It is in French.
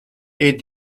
est